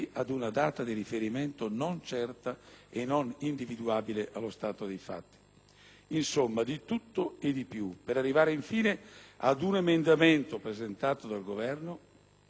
Insomma, di tutto e di più, per arrivare infine ad un emendamento presentato dal Governo, il 3.0.1, riguardante l'Alitalia e volto a precisare che le disposizioni